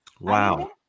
Wow